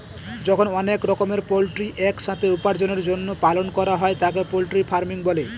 যখন অনেক রকমের পোল্ট্রি এক সাথে উপার্জনের জন্য পালন করা হয় তাকে পোল্ট্রি ফার্মিং বলে